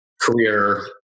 career